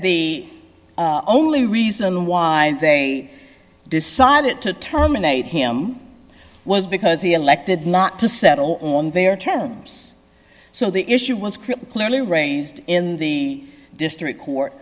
the only reason why they decided to terminate him was because he elected not to settle on their terms so the issue was clipped clearly raised in the district court